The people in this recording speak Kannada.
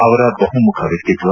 ಅವರ ಬಹುಮುಖ ವ್ಯಕ್ತಿತ್ವ